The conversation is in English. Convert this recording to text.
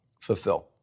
fulfill